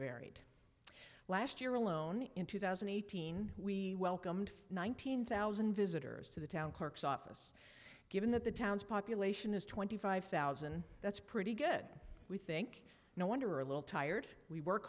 varied last year alone in two thousand and eighteen we welcomed nine hundred thousand visitors to the town clerk's office given that the town's population is twenty five thousand that's pretty good we think no wonder a little tired we work